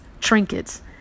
trinkets